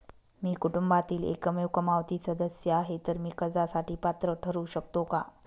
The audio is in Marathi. मी कुटुंबातील एकमेव कमावती सदस्य आहे, तर मी कर्जासाठी पात्र ठरु शकतो का?